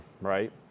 right